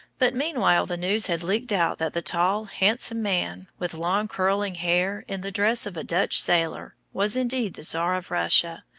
but meanwhile the news had leaked out that the tall, handsome man, with long curling hair, in the dress of a dutch sailor, was indeed the tsar of russia,